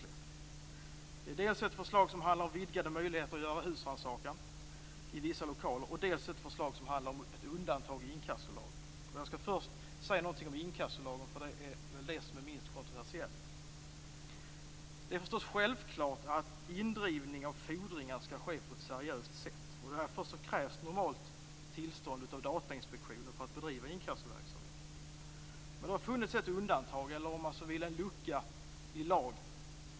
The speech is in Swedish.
Det är dels ett förslag som handlar om vidgade möjligheter att göra husrannsakan i vissa lokaler, dels ett förslag som handlar om ett undantag i inkassolagen. Jag skall först säga något om inkassolagen, för det är väl det som är minst kontroversiellt. Det är förstås självklart att indrivning av fordringar skall ske på ett seriöst sätt. Därför krävs det normalt tillstånd av Datainspektionen för att bedriva inkassoverksamhet. Men det har funnits ett undantag eller, om man så vill, en lucka i lagen.